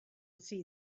see